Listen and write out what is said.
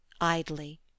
idly